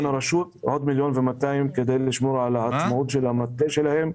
הרשות כדי לשמור על עצמאות המטה שלהם.